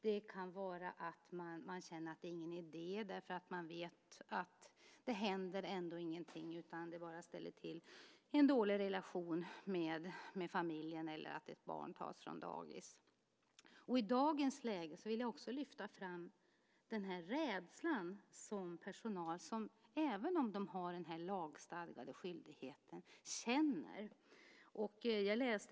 Det kan också vara så att man känner att det inte är någon idé att anmäla därför att ingenting ändå händer, utan det ställer bara till med en dålig relation med familjen eller resulterar i att ett barn tas från dagis. I dagsläget vill jag också lyfta fram den rädsla som personalen känner trots att man har den här lagstadgade skyldigheten.